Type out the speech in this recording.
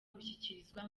gushikirizwa